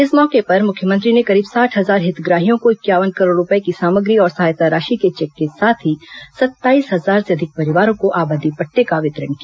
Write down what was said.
इस मौके पर मुख्यमंत्री ने करीब साठ हजार हितग्राहियों को इंक्यावन करोड़ रुपए की सामग्री और सहायता राशि के चेक के साथ ही सेत्ताईस हजार से अधिक परिवारों को आबादी पट्टा का वितरण किया